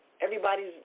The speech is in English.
everybody's